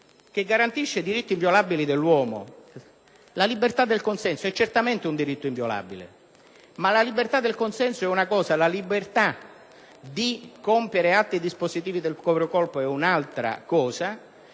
che garantisce i diritti inviolabili dell'uomo. La libertà del consenso è un diritto inviolabile, ma la libertà del consenso è una cosa, la libertà di compiere atti dispositivi del proprio corpo è un'altra cosa.